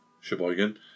Sheboygan